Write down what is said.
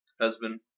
husband